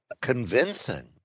convincing